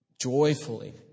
joyfully